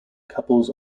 couples